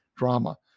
Drama